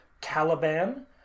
Caliban